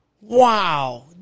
Wow